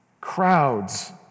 crowds